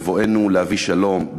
בבואנו להביא שלום,